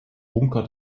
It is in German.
bunker